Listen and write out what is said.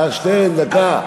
מר שטרן, דקה.